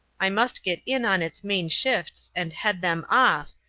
i must get in on its main shifts and head them off,